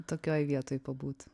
tokioj vietoj pabūt